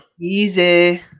easy